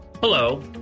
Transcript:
Hello